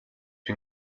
bin